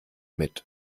mit